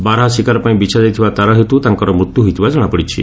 ବାର୍ହା ଶିକାର ପାଇଁ ବିଛାଯାଇଥିବା ତାର ହେତୁ ତାଙ୍କର ମୃତ୍ୟୁ ହୋଇଥିବା ଜଶାପଡ଼ିଛି